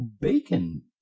bacon